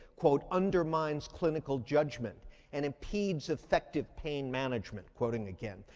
quote, undermines clinical judgment and impedes effective pain management, quoting again.